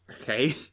Okay